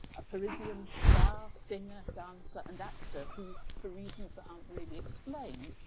a parisian star, singer, dancer and actor, who, for reasons that aren't really explained,